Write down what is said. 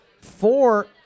four